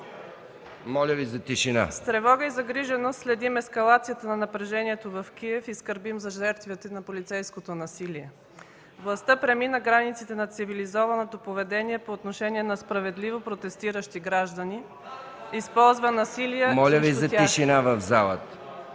ДЖЕМА ГРОЗДАНОВА: С тревога и загриженост следим ескалацията на напрежението в Киев и скърбим за жертвите на полицейското насилие. Властта премина границите на цивилизованото поведение по отношение на справедливо протестиращи граждани (реплики от